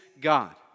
God